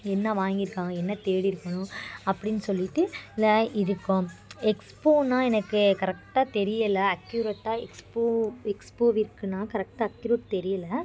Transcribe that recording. என்ன வாங்கிருக்கு என்ன தேடியிருக்கணும் அப்படின்னு சொல்லிட்டு லை இருக்கும் எக்ஸ்போனா எனக்கு கரெக்டாக தெரியலை அக்யூரேட்டாக எக்ஸ்போ எக்ஸ்போவிற்குன்னால் கரெக்டாக அக்யூரேட் தெரியலை